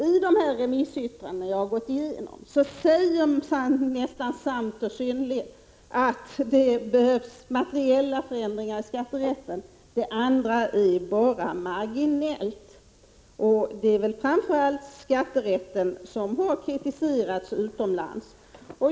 I de remissyttranden som jag har gått igenom sägs det — det gäller nästan samt och Prot. 1985/86:129 synnerligen — att det behövs materiella förändringar i skatterätten. Det andra — 28 april 1986 ökar rättssäkerheten bara marginellt. Det är framför allt skatterätten som har kritiserats utomlands.